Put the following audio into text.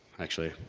actually,